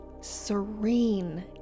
serene